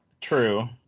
True